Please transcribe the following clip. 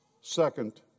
second